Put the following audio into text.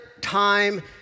time